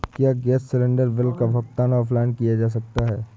क्या gas cylinder bill का भुगतान ऑनलाइन किया जा सकता है?